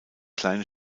kleine